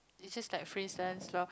it is just like freelancer lor